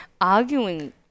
arguing